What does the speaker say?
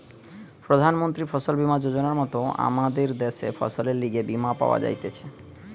প্রধান মন্ত্রী ফসল বীমা যোজনার মত আমদের দ্যাশে ফসলের লিগে বীমা পাওয়া যাইতেছে